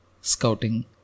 scouting